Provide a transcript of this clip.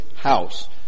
house